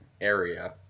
area